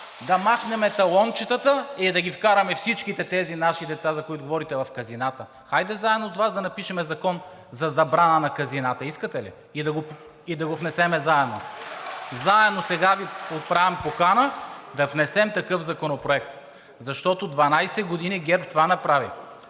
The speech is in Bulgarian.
да махнем талончетата и да ги вкараме всичките тези наши деца, за които говорите, в казината. Хайде заедно с Вас да напишем закон за забрана на казината, искате ли, и да го внесем заедно? (Ръкопляскания от „БСП за България“.) Заедно! Сега Ви отправям покана да внесем такъв законопроект, защото 12 години ГЕРБ това направи.